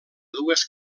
dues